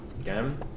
again